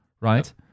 right